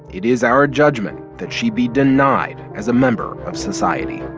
it is our judgment that she be denied as a member of society